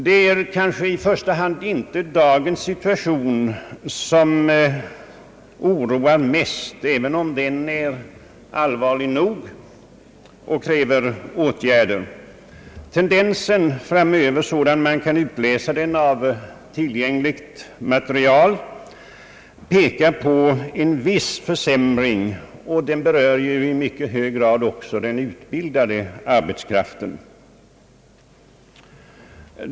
Det är i första hand kanske inte dagens situation som oroar mest, även om den är allvarlig nog och kräver åtgärder. Tendensen framöver, sådan man kan utläsa den av tillgängligt material, pekar på en försämring, och den berör ju i mycket hög grad också den utbildade arbetskraften.